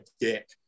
dick